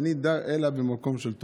איני דר אלא במקום של תורה.